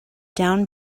down